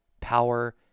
power